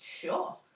Sure